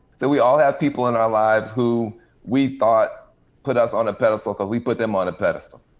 that we all have people in our lives who we thought put us on a pedestal cause we put them on a pedestal.